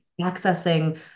accessing